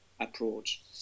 approach